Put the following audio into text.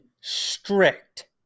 strict